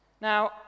Now